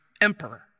emperor